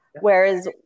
Whereas